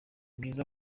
byiza